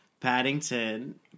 Paddington